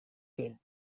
killed